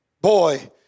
boy